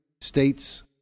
states